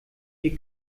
ihr